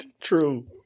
True